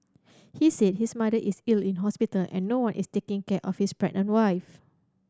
he said his mother is ill in hospital and no one is taking care of his pregnant wife